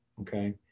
okay